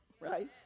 right